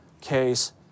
case